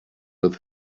with